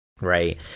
Right